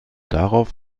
darauf